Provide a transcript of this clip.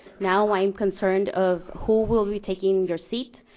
now i'm concerned of who will be taking your seat.